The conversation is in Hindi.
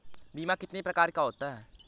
बीमा कितनी प्रकार के होते हैं?